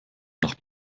nach